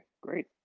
great